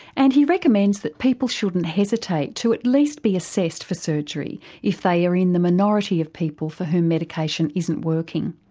and he recommends that people shouldn't hesitate to at least be assessed for surgery if they are in the minority of people for whom medication isn't working.